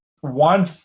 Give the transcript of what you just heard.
One